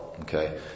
Okay